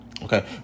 Okay